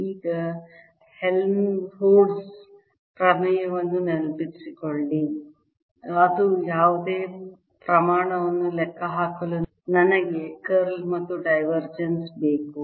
ಈಗ ಹೆಲ್ಮ್ಹೋಲ್ಟ್ಜ್ ಪ್ರಮೇಯವನ್ನು ನೆನಪಿಸಿಕೊಳ್ಳಿ ಅದು ಯಾವುದೇ ಪ್ರಮಾಣವನ್ನು ಲೆಕ್ಕಹಾಕಲು ನನಗೆ ಕರ್ಲ್ ಮತ್ತು ಡೈವರ್ಜನ್ಸ್ ಬೇಕು